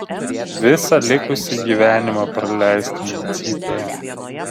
visą likusį gyvenimą praleistumei cypėje